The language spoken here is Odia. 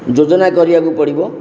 ଯୋଜନା କରିବାକୁ ପଡ଼ିବ